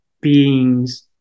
beings